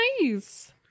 nice